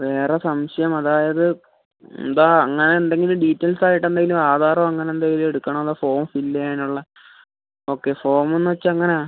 വേറെ സംശയം അതായത് എന്താ അങ്ങനെ എന്തെങ്കിലും ഡീറ്റെയിൽസായിട്ടെന്തേലും ആധാറോ അങ്ങനെ എന്തേലും എടുക്കണോ അതോ ഫോം ഫിൽ ചെയ്യാനുള്ള ഓക്കെ ഫോർം എന്ന് വെച്ചാൽ എങ്ങനെയാണ്